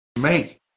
make